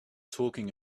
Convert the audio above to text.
talking